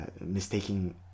mistaking